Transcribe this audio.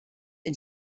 and